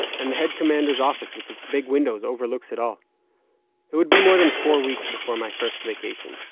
and the head commander's office, with its big windows, overlooks it all it would be more than four weeks before my first vacation,